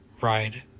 ride